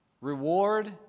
reward